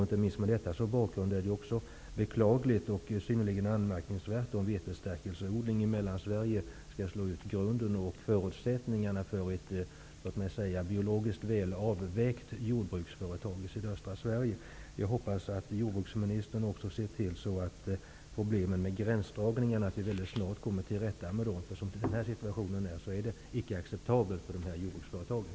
Inte minst med detta som bakgrund är det också beklagligt och synnerligen anmärkningsvärt om vetestärkelseodling i Mellansverige skall få slå ut grunden och förutsättningarna för ett biologiskt väl avvägt jordbruksföretag i sydöstra Sverige. Jag hoppas att jordbruksministern också kommer att se till att vi mycket snart skall komma till rätta med problemen med gränsdragningarna. Situationen är nu inte acceptabel för de här jordbruksföretagen.